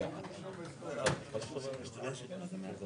במקרה של המועצות הדתיות יש פה בטבלה שהובאה